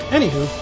Anywho